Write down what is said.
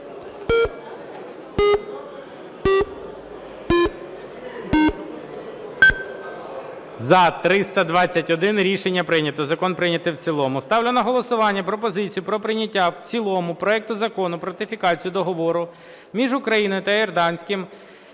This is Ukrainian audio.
За-321 Рішення прийнято. Закон прийнятий в цілому. Ставлю на голосування пропозицію про прийняття в цілому проекту Закону про ратифікацію Договору між Україною та Йорданським